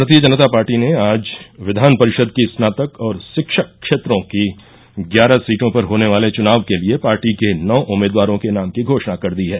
भारतीय जनता पार्टी ने आज विघान परिषद की स्नातक और शिक्षक क्षेत्रों की ग्यारह सीटों पर होने वाले चुनाव के लिये पार्टी के नौ उम्मीदवारों के नाम की घोषणा कर दी है